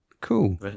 cool